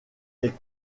les